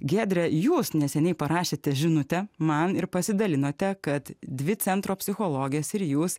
giedrę jos neseniai parašėte žinutę man ir pasidalinote kad dvi centro psichologės ir jūs